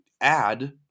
add